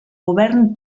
govern